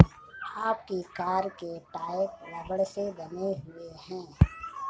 आपकी कार के टायर रबड़ से बने हुए हैं